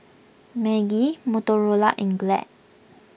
Maggi Motorola and Glad